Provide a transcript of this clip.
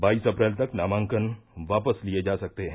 बाईस अप्रैल तक नामांकन वापस लिये जा सकते है